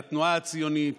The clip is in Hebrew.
לתנועה הציונית